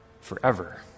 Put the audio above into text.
forever